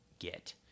get